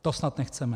To snad nechceme.